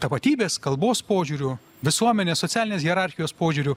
tapatybės kalbos požiūriu visuomenės socialinės hierarchijos požiūriu